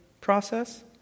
process